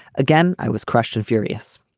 again i was crushed and furious.